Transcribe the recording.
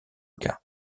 cas